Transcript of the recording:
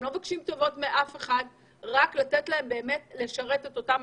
הם לא מבקשים טובות מאף אחד אלא רק לתת להם לשרת את האזרחים.